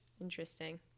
Interesting